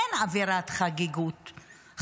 אין אווירת חגיגות,